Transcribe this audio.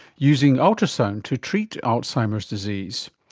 using ultrasound to treat alzheimer's disease.